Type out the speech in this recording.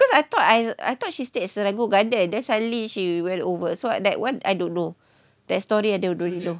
because I thought I I thought she stayed at serangoon garden then then suddenly she went over so that one I don't know that story I don't know